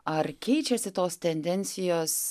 ar keičiasi tos tendencijos